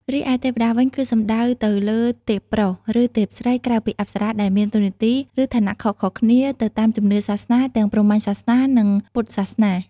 រីឯទេវតាវិញ គឺសំដៅទៅលើទេពប្រុស ឬទេពស្រី ក្រៅពីអប្សរា ដែលមានតួនាទី និងឋានៈខុសៗគ្នាទៅតាមជំនឿសាសនា ទាំង ព្រហ្មញ្ញសាសនា និង ពុទ្ធសាសនា។